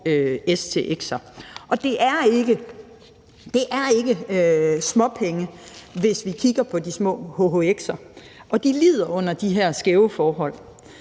stx'er. Og det er ikke småpenge, hvis vi kigger på de små hhx'er; de lider under de her skæve forhold.